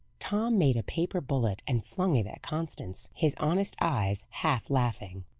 tom made a paper bullet and flung it at constance, his honest eyes half laughing.